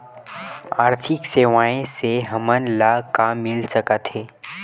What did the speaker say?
आर्थिक सेवाएं से हमन ला का मिल सकत हे?